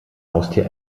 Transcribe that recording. haustier